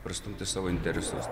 prastumti savo interesus